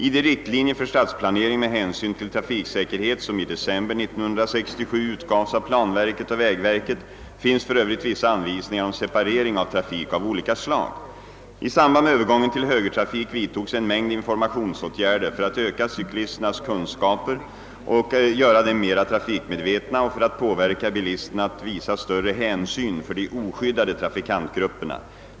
I de riktlinjer för stadsplanering med hänsyn till trafiksäkerhet, som i december 1967 utgavs av planverket och vägverket, finns för övrigt vissa anvisningar om separering av trafik av olika slag. I samband med övergången till högertrafik vidtogs en mängd informationsåtgärder för att öka cyklisternas kunskaper och göra dem mera trafikmedvetna och för att påverka bilisterna att visa större hänsyn för de oskyddade trafikantgrupperna.